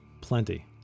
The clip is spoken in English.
plenty